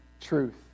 truth